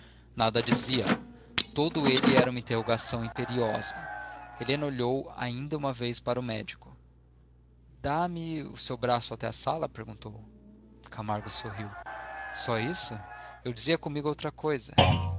nada dizia todo ele era uma interrogação imperiosa helena olhou ainda uma vez para o médico dá-me o seu braço até à sala perguntou camargo sorriu só isso eu dizia comigo outra coisa